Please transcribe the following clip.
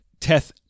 Teth